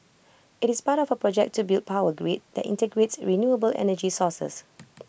IT is part of project to build power grid that integrates renewable energy sources